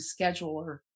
scheduler